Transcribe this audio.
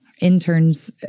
Interns